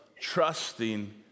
trusting